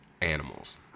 animals